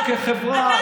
אנחנו כחברה,